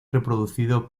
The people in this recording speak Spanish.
reproducido